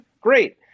great